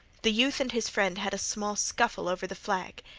the youth and his friend had a small scuffle over the flag.